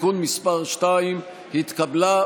(תיקון מס' 2) נתקבל.